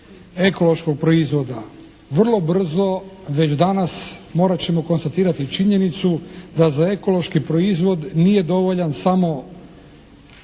ekološkog proizvoda. Vrlo brzo već danas morat ćemo konstatirati činjenicu da za ekološki proizvod nije dovoljan samo,